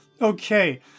Okay